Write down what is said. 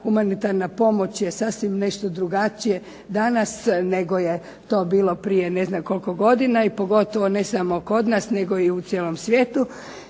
humanitarna pomoć je sasvim nešto drugačije danas nego je to prije ne znam koliko godina, pogotovo ne samo kod nas nego u čitavom svijetu.